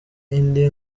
indi